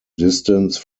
distance